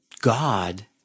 God